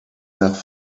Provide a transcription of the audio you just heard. nach